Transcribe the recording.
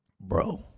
Bro